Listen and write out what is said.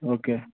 okay